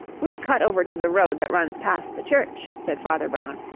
we'll cut over to the road that runs past the church, said father brown,